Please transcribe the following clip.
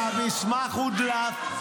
אחרי שהמסמך הודלף,